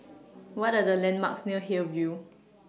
What Are The landmarks near Hillview